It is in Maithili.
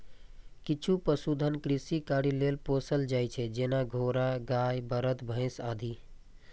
किछु पशुधन कृषि कार्य लेल पोसल जाइ छै, जेना घोड़ा, गाय, बरद, भैंस आदि